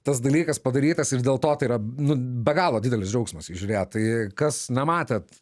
tas dalykas padarytas ir dėl to tai yra nu be galo didelis džiaugsmas jį žiūrėt tai kas nematėt